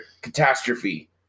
catastrophe